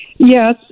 Yes